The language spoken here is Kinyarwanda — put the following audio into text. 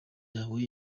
yawe